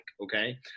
okay